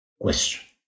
question